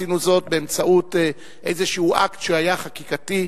שינו זאת באמצעות איזשהו אקט שהיה חקיקתי,